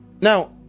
now